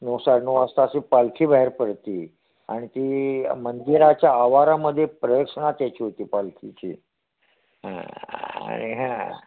नऊ साडे नऊ वाजता अशी पालखी बाहेर पडते आणि ती मंदिराच्या आवारामध्ये प्रदक्षिणा त्याची होती पालखीची हां आणि हां